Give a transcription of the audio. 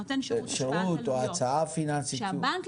שהבנק,